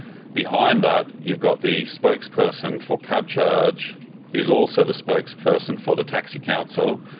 behind that you've got the spokesperson for cabcharge is also the spokesperson for the taxi council,